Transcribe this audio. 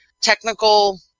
technical